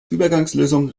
übergangslösung